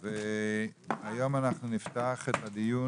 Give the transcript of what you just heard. היום אנחנו נפתח את הדיון